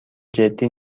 جدی